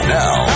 now